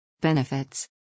Benefits